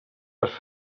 les